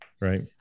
Right